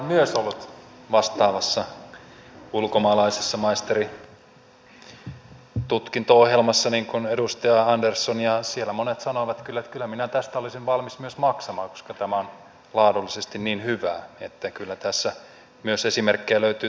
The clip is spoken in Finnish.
myös minä olen ollut ulkomaalaisessa maisteritutkinto ohjelmassa niin kuin edustaja andersson ja siellä monet sanoivat kyllä että kyllä minä tästä olisin valmis myös maksamaan koska tämä on laadullisesti niin hyvää että kyllä tässä esimerkkejä löytyy toisestakin laidasta